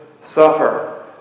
suffer